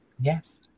yes